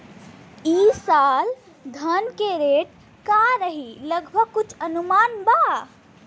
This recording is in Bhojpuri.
ई साल धान के रेट का रही लगभग कुछ अनुमान बा?